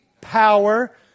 power